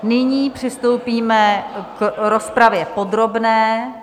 Nyní přistoupíme k rozpravě podrobné.